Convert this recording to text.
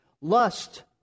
Lust